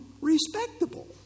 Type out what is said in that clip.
respectable